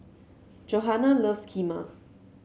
Johana loves Kheema